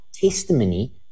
testimony